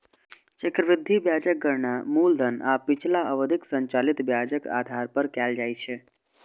चक्रवृद्धि ब्याजक गणना मूलधन आ पिछला अवधिक संचित ब्याजक आधार पर कैल जाइ छै